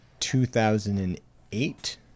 2008